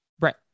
right